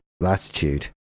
latitude